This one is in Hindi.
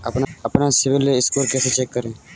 अपना सिबिल स्कोर कैसे चेक करें?